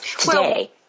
today